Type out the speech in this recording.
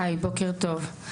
בוקר טוב.